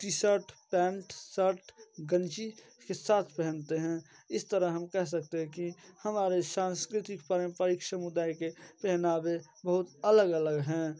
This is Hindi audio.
टी शर्ट पैंट सर्ट गंजी के साथ पहनते हैं इस तरह हम कह सकते हैं कि हमारे सांस्कृतिक पारंपरिक समुदाय के पहनावे बहुत अलग अलग हैं